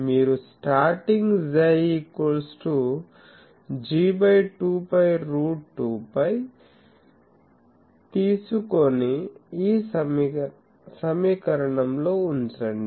మీరు starting 𝝌 G 2π root 2π తీసుకొని ఈ సమీకరణంలో ఉంచండి